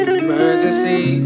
emergency